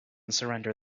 surrender